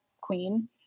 queen